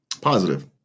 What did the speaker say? positive